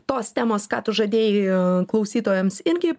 tos temos ką tu žadėjai klausytojams irgi